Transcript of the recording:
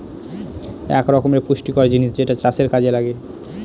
এক রকমের পুষ্টিকর জিনিস যেটা চাষের কাযে লাগে